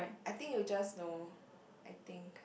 I think you just know I think